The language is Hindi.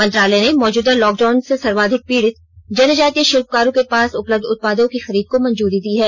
मंत्रालय ने मौजूदा लॉकडाउन से सर्वाधिक पीड़ित जनजातीय शिल्पकारों के पास उपलब्ध उत्पादों की खरीद को मंजूरी दी है